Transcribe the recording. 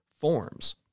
forms